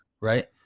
right